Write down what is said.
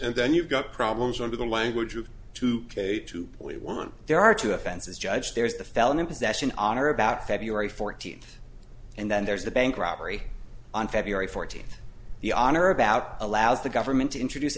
and then you've got problems under the language of two two we weren't there are two offenses judge there's the felon in possession on or about february fourteenth and then there's the bank robbery on february fourteenth the honor about allows the government to introduce